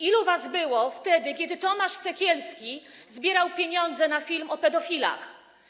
Ilu was było wtedy, kiedy Tomasz Sekielski zbierał pieniądze na film o pedofilach?